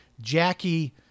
Jackie